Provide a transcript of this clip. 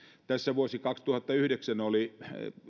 tässä vuosi kaksituhattayhdeksän oli